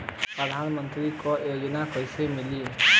मुख्यमंत्री के योजना कइसे मिली?